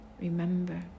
Remember